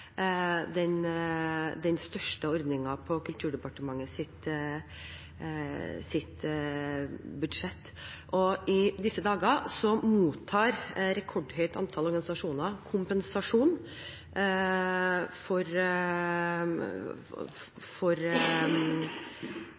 den største ordningen på Kulturdepartementets budsjett. I disse dager mottar et rekordhøyt antall organisasjoner kompensasjon for